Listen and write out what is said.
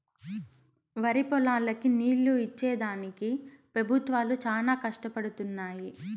వరిపొలాలకి నీళ్ళు ఇచ్చేడానికి పెబుత్వాలు చానా కష్టపడుతున్నయ్యి